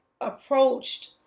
approached